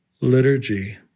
Liturgy